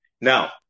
Now